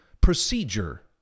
procedure